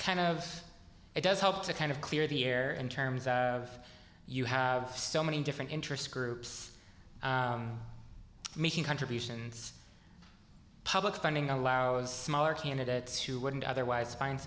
kind of it does help to kind of clear the air in terms of you have so many different interest groups making contributions public funding allows smaller candidates who wouldn't otherwise find